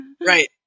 right